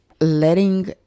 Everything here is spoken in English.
letting